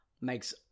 makes